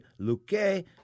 Luque